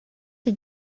the